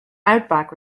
outback